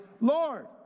Lord